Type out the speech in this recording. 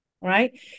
right